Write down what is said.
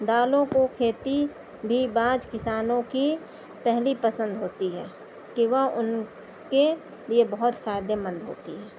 دالوں کو کھیتی بھی بعض کسانوں کی پہلی پسند ہوتی ہے کہ وہ اُن کے لیے بہت فائدے مند ہوتی ہے